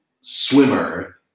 swimmer